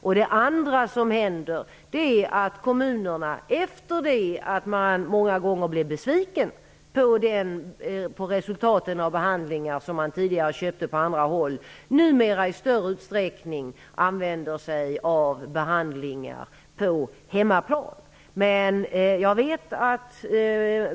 För det andra använder sig kommunerna numera i större utsträckning av behandlingar på hemmaplan, efter att man många gånger blivit besviken på resultaten av de behandlingar som tidigare köptes på andra håll.